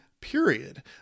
period